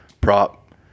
prop